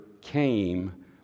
came